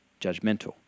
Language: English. judgmental